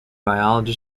biology